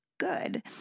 Good